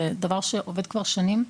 זה דבר שעובד כבר שנים,